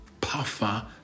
puffer